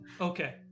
Okay